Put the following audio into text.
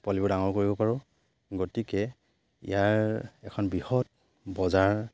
পোৱালিবোৰ ডাঙৰ কৰিব পাৰোঁ গতিকে ইয়াৰ এখন বৃহৎ বজাৰ